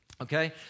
okay